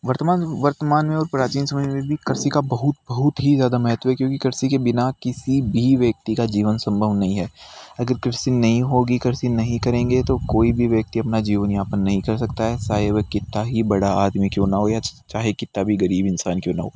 वर्तमान में वर्तमान में और प्राचीन समय में भी कृषि का बहुत बहुत ही ज़्यादा महत्व क्योंकि कृषि के बिना किसी भी व्यक्ति का जीवन संभव नहीं है अगर कृषि नहीं होगी कृषि नहीं करेंगे तो कोई भी व्यक्ति अपना जीवन यापन नहीं कर सकता है चाहे वह कितना ही बड़ा आदमी क्यों न हो गया चाहे कितना भी गरीब इंसान क्यों न हो